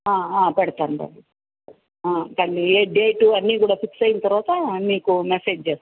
పెడతాను బాబు దాన్ని ఏ డేటు అన్నీ కూడా ఫిక్స్ అయిన తరువాత నీకు మెసేజ్ చేస్తాను